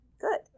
Good